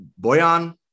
Boyan